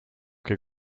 que